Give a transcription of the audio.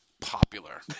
popular